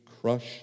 crush